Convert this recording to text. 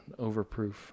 overproof